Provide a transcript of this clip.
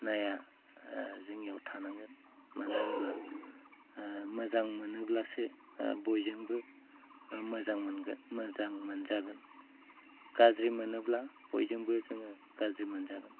होननाया जोंनियाव थानांगोन मानो होनोब्ला मोजां मोनोब्लासो बयजोंबो बा मोजां मोनगोन मोजां मोनजागोन गाज्रि मोनोब्ला बयजोंबो जोङो गाज्रि मोनजागोन